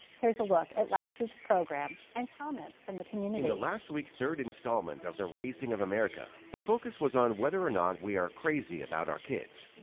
here's a look at last weeks program and comments from the community. in the last weeks third installment of the raising of america, the focus was on whether or not we are crazy about our kids.